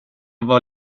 var